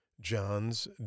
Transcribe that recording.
John's